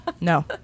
No